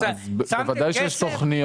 שמתם כסף?